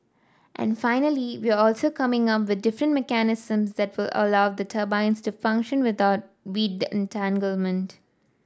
and finally we're also coming up with different mechanisms that allow the turbines to function without weed entanglement